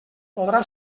podrà